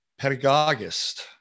pedagogist